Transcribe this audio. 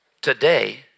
Today